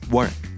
Work